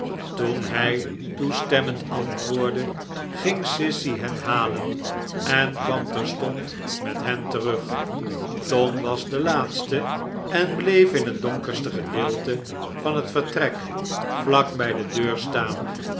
toen hij toestemmend antwoordde ging sissy hen halen en kwam terstond met hen terug tom was de laatste en bleef in het donkerste gedeelte van het vertrek vlak bij de deur staan